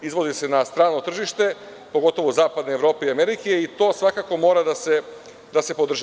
Izvozi se na strano tržište, pogotovo zapadne Evrope i Amerike i to svakako mora da se podrži.